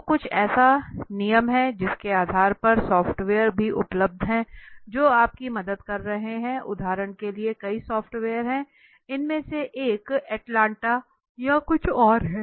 तो कुछ ऐसे नियम हैं जिनके आधार पर सॉफ्टवेयर भी उपलब्ध हैं जो आपकी मदद कर रहे हैं उदाहरण के लिए कई सॉफ्टवेयर है इनमें से एक अटलांटा या कुछ और है